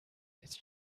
it’s